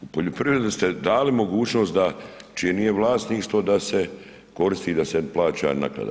U poljoprivredi ste dali mogućnost da čije nije vlasništvo da se koristi i da se plaća naknada.